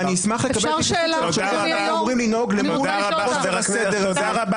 ואני אשמח לקבל --- איך אנחנו אמורים לנהוג למול חוסר הסדר הזה,